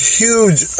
huge